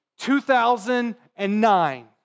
2009